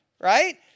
Right